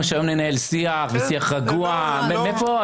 -- בסוף גורם לאנשים לעשות טעויות -- בבקשה תצא.